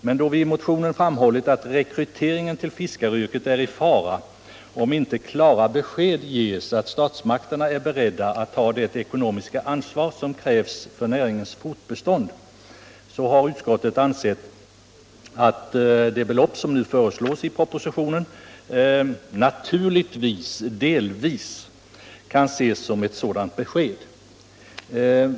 Men då vi i motionen framhållit att rekryteringen till fiskaryrket är i fara om inte klara besked ges att statsmakterna är beredda att ta det ekonomiska ansvar som krävs för näringens fortbestånd, så har utskottet ansett att de belopp som nu föreslås i propositionen naturligtvis delvis kan ses som ett sådant besked.